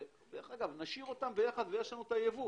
דרך אגב, אם נשאיר אותם ביחד יישאר הייבוא.